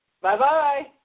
Bye-bye